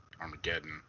Armageddon